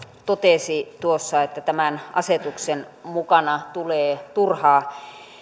totesi että tämän asetuksen mukana tulee turhaa